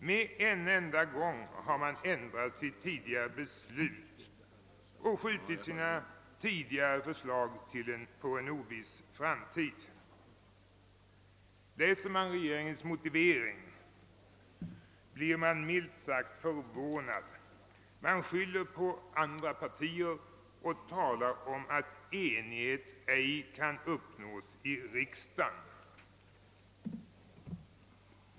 Med en enda gång har man ändrat sitt tidigare beslut och uppskjutit frågan till en oviss framtid. Om man läser regeringens motivering, blir man minst sagt förvånad. Regeringen skyller på andra partier och talar om att enighet ej kunnat uppnås i riksdagen.